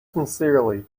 sincerely